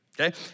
okay